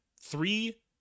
three